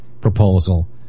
proposal